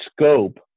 scope